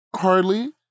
Hardly